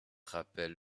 rappelle